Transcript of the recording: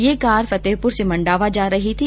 यह कार फतेहपुर से मण्डावा जा रही थी